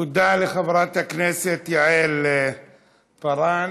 תודה לחברת הכנסת יעל כהן-פארן.